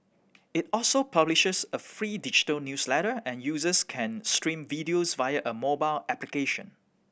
it also publishes a free digital newsletter and users can stream videos via a mobile application